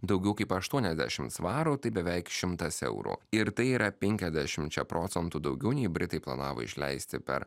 daugiau kaip aštuoniasdešimt svarų tai beveik šimtas eurų ir tai yra penkiasdešimčia procentų daugiau nei britai planavo išleisti per